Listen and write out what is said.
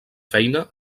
feina